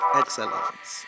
excellence